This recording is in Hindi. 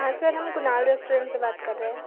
हाँ सर हम कुनाल रेस्टोरेंट से बात कर रहे हैं